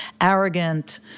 Arrogant